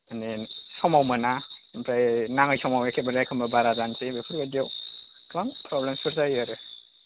माने समाव मोना ओमफ्राय नाङै समाव एखेबारे एखम्बा बारा जानोसै बेफोरबायदियाव गोबां प्रब्लेमफोर जायो आरो